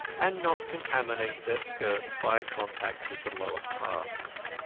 and not contaminate their skirts by contact with the lower castes.